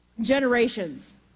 generations